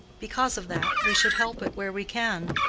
because of that, we should help it where we can.